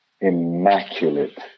immaculate